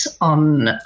on